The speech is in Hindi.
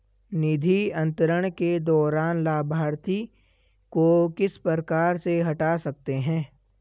निधि अंतरण के दौरान लाभार्थी को किस प्रकार से हटा सकते हैं?